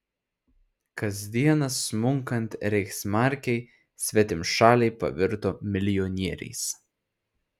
kasdieną smunkant reichsmarkei svetimšaliai pavirto milijonieriais